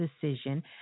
decision